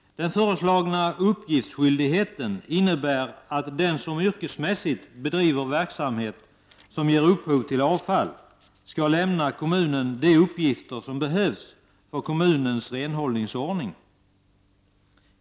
Den föreslagna uppgiftsskyldigheten innebär att den som yrkesmässigt bedriver verksamhet som ger upphov till avfall skall lämna kommunen de uppgifter som behövs för kommunens renhållningsordning.